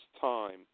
time